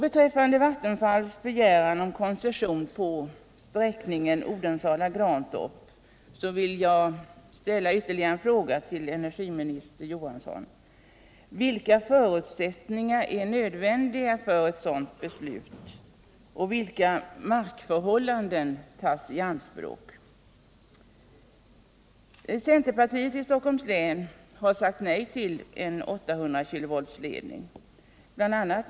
Beträffande Vattenfalls begäran om koncession på sträckningen Odensala-Grantorp vill jag ställa ytterligare ett par frågor till energiminister Johansson: Vilka förutsättningar är nödvändiga för ett sådant beslut? Vilka markförhållanden kommer att tas i anspråk? Centerpartiet i Stockholms län har sagt nej till en 800 kV-ledning.